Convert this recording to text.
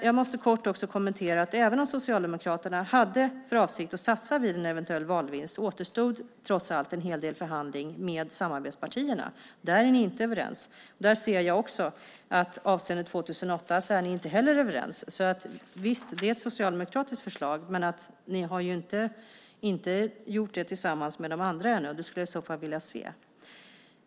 Jag måste kort också kommentera att även om Socialdemokraterna hade för avsikt att satsa vid en eventuell valvinst återstod trots allt en hel del förhandling med samarbetspartierna. Där är ni inte överens. Avseende 2008 är ni inte heller överens. Visst, det finns ett socialdemokratiskt förslag, men ni har inte gjort det tillsammans med de andra än. Det skulle jag vilja se.